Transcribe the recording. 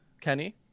Kenny